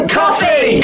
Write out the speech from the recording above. coffee